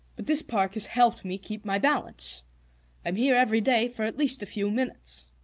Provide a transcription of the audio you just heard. but this park has helped me keep my balance i'm here every day for at least a few minutes.